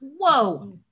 Whoa